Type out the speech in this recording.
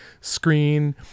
screen